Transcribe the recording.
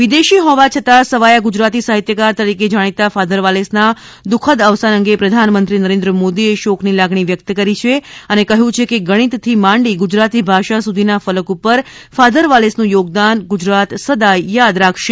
વિદેશી હોવા છતાં સવાયા ગુજરાતી સાહિત્યકાર તરીકે જાણીતા ફાધર વાલેસ ના દુખદ અવસાન અંગે પ્રધાનમંત્રી નરેન્દ્ર મોદી એ શોક ની લાગણી વ્યકત કરી છે અને કહ્યું છે કે ગણિત થી માંડી ગુજરાતી ભાષા સુધીના ફલક ઉપર ફાધર વાલેસ નું થોગદાન ગુજરાત સદાય યાદ રાખશે